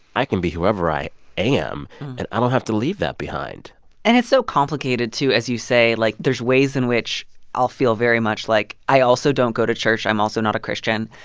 i can be whoever i am, and i don't have to leave that behind and it's so complicated, too, as you say. like, there's ways in which i'll feel very much like i also don't go to church. i'm also not a christian.